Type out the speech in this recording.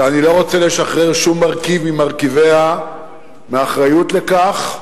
ואני לא רוצה לשחרר שום מרכיב ממרכיביה מהאחריות לכך,